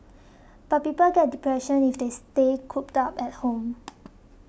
but people get depression if they stay cooped up at home